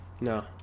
No